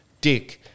Dick